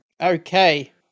Okay